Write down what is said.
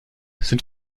sind